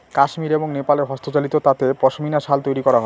কাশ্মির এবং নেপালে হস্তচালিত তাঁতে পশমিনা শাল তৈরী করা হয়